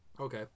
okay